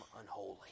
unholy